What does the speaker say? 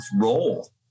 role